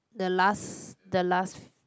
the last the last f~